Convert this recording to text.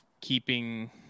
keeping